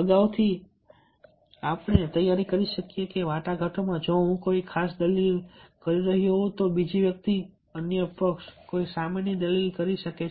અગાઉથી પણ આપણે તૈયારી કરી શકીએ કે વાટાઘાટોમાં જો હું કોઈ ખાસ દલીલ કરી રહ્યો હોઉં તો બીજી વ્યક્તિ અન્ય પક્ષ કોઈ સામી દલીલ કરી શકે છે